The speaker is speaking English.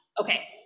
Okay